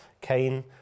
Cain